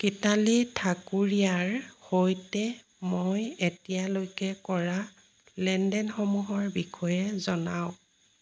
গীতালি ঠাকুৰীয়াৰ সৈতে মই এতিয়ালৈকে কৰা লেনদেনসমূহৰ বিষয়ে জনাওক